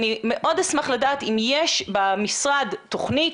אני מאוד אשמח לדעת אם יש במשרד תוכנית